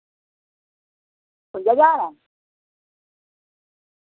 बुंजा ज्हार ऐ